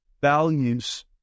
values